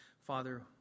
Father